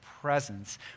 presence